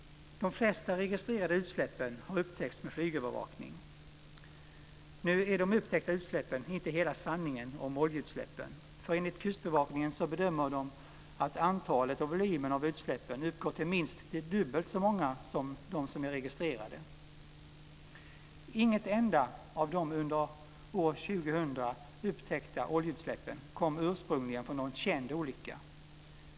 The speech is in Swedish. De flesta registrerade utsläppen har upptäckts med flygövervakning. Nu är de upptäckta utsläppen inte hela sanningen om oljeutsläppen. Kustbevakningen bedömer att antalet och volymen av utsläppen uppgår till minst dubbelt så många och dubbelt så mycket som de registrerade. Inget enda av de under år 2000 upptäckta oljeutsläppen kom ursprungligen från någon känd olycka.